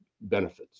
benefits